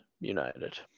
United